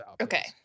Okay